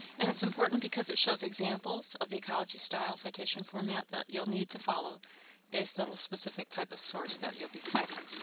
and it's important because it shows examples of the ecology style citation format that you'll need to follow based on the specific type of source that you'll be citing.